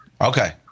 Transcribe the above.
Okay